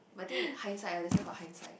but I think that high side that why got high side